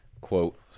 quote